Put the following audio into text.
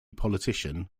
politician